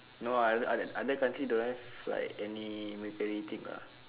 no ah other other country don't have like any military thing lah